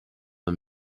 the